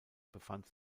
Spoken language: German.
befand